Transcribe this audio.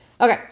okay